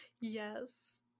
yes